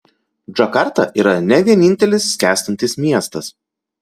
džakarta yra ne vienintelis skęstantis miestas